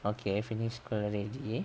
okay finish already